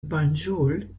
banjul